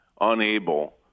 unable